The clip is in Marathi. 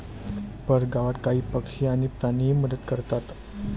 परगावात काही पक्षी आणि प्राणीही मदत करतात